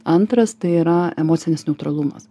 antras tai yra emocinis neutralumas